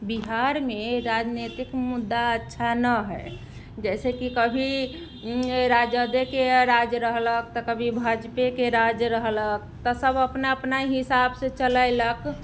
बिहारमे राजनैतिक मुद्दा अच्छा ना हइ जैसेकि कभी राजदेके राज रहलक तऽ कभी भाजपेके राज रहलक तऽ सभ अपना अपना हिसाबसँ चलयलक